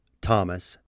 Thomas